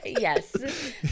Yes